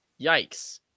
yikes